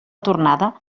tornada